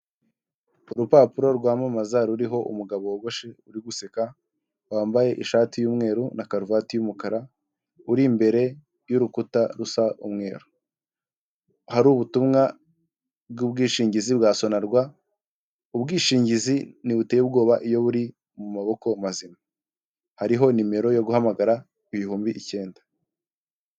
Urupapuro rwamamaza ruriho umugabo wogoshe uri guseka wambaye ishati y'umweru na karuvati y'umukara uri imbere y'urukuta rusa umweru, hari ubutumwa bw'ubwishingizi bwa sonarwa, ubwishingizi ntibuteye ubwoba iyo buri mu maboko mazima, hariho numero yo guhamagara ibihumbi icyenda.